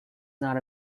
not